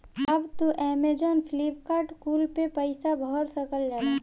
अब तू Amazon, Flipkart कुल पे पईसा भर सकल जाला